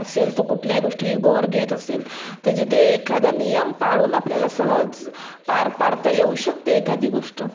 असेल तो कुठल्याही गोष्टी ईगोवर घेत असेल तर जिथे एखादा नियम पाळून आपल्याला सहज पार पाडता येऊ शकते एखादी गोष्ट